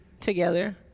together